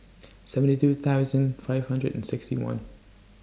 seventy two thousand five hundred and sixty one